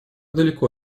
далеко